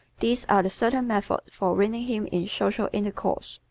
these are the certain methods for winning him in social intercourse.